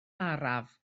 araf